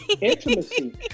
intimacy